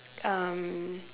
um